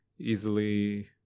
easily